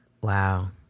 Wow